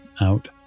out